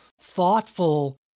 thoughtful